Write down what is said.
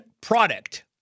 product